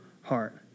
heart